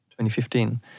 2015